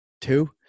two